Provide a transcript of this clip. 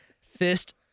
Fist